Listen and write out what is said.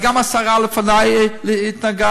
וגם השרה לפני התנגדה.